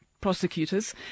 prosecutors